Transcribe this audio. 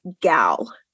gal